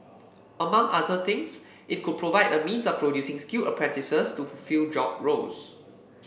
among other things it could provide a means of producing skilled apprentices to fulfil job roles